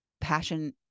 passion